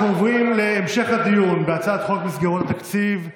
אנחנו עוברים להמשך הדיון בהצעת חוק מסגרות התקציב.